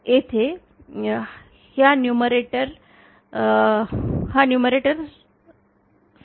येथे हा न्यूमरेटर सकारात्मक तसेच नकारात्मक असू शकतो